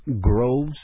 groves